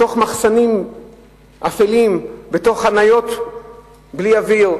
בתוך מחסנים אפלים, בתוך חניות בלי אוויר.